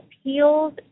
appeals